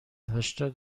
هشتاد